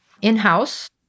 in-house